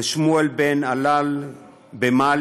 לשמואל בן הלל במאלי.